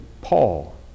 Paul